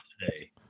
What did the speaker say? today